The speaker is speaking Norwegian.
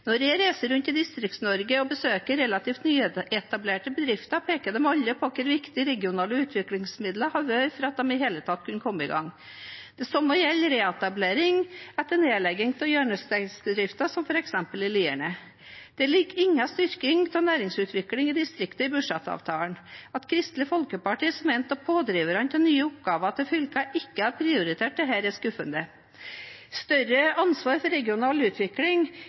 Når jeg reiser rundt i Distrikts-Norge og besøker relativt nyetablerte bedrifter, peker de alle på hvor viktig regionale utviklingsmidler har vært for at de i det hele tatt kunne komme i gang. Det samme gjelder reetablering etter nedlegging av hjørnesteinsbedrifter, som f.eks. i Lierne. Det ligger ingen styrking av næringsutvikling i distriktene i budsjettavtalen. At Kristelig Folkeparti – som en av pådriverne til nye oppgaver til fylkene – ikke har prioritert dette, er skuffende. Større ansvar for regional utvikling